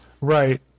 Right